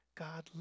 God